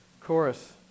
chorus